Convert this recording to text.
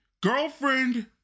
Girlfriend